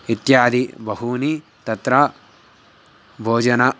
इत्यादिबहूनि तत्र भोजनं